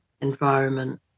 environment